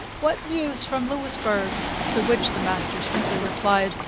what news from louisbourg to which the master simply replied,